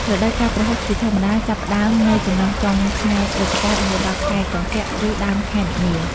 រដូវកាលប្រហុកជាធម្មតាចាប់ផ្តើមនៅចន្លោះចុងខែវិច្ឆិកា រហូតដល់ចុងខែកុម្ភៈ ឬដើមខែមីនា។